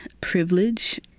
privilege